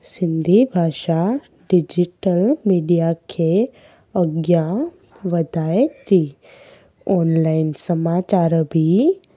सिंधी भाषा digital media खे अॻियां वधाए था ऑनलाइन समाचार बि